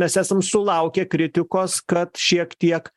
mes esame sulaukę kritikos kad šiek tiek